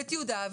את יהודה,